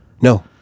No